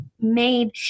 made